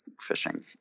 fishing